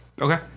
Okay